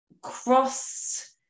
cross